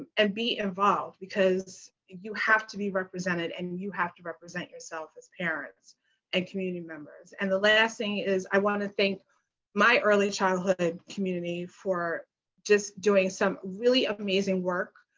and be involved. because you have to be represented and you have to represent yourself as parents and community members. and the last thing is i want to thank my early childhood community for just doing some really amazing work,